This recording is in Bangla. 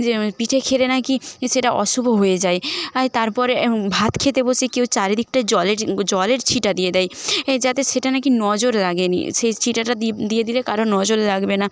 যে পিঠে খেলে না কি সেটা অশুভ হয়ে যায় আর তারপরে ভাত খেতে বসে কেউ চারিদিকটা জলের জলের ছিটা দিয়ে দেয় যাতে সেটা না কি নজর লাগে নি সেই ছিটাটা দিই দিয়ে দিলে কারোর নজর লাগবে না